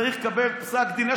הוא צריך לקבל פסק דין.